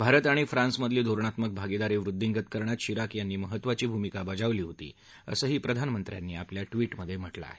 भारत आणि फ्रान्समधली धोरणात्मक भागीदारी वृद्धींगत करण्यात शिराक यांनी महत्वाची भूमिका बजावली होती असंही प्रधानमंत्र्यांनी आपल्या ट्विटमध्ये म्हटलं आहे